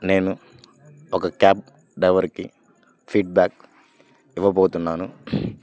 నేను ఒక క్యాబ్ డ్రైవర్కి ఫీడ్బ్యాక్ ఇవ్వబోతున్నాను